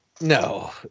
No